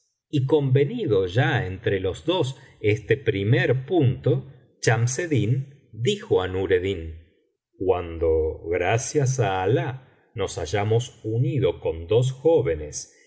y convenido ya entre los dos este primer biblioteca valenciana generalitat valenciana historia del visir nureddin punto chamseddin dijo á nureddin guando gracias á alah nos hayamos unido con dos jóvenes